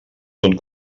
ton